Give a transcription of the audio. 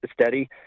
steady